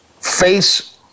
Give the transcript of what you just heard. face